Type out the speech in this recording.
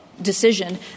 decision